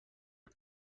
بود